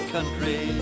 Country